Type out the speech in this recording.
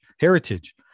heritage